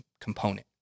component